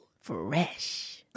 fresh